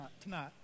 tonight